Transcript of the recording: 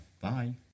Bye